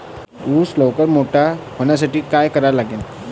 ऊस लवकर मोठा व्हासाठी का करा लागन?